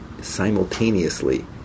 simultaneously